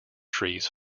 trees